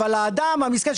אבל האדם המסכן,